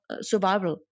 survival